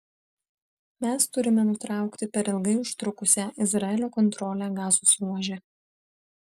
mes turime nutraukti per ilgai užtrukusią izraelio kontrolę gazos ruože